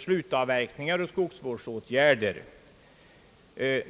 slutavverkningar och skogsvårdsåtgärder.